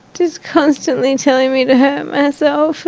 just constantly and telling me to hurt myself